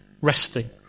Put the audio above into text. resting